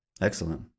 Excellent